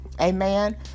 Amen